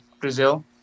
Brazil